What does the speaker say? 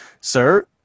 sir